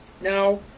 Now